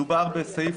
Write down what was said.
מדובר בסעיף